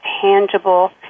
tangible